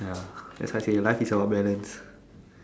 ya as I say life is about balance